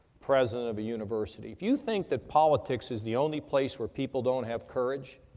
president of a university. if you think that politics is the only place where people don't have courage,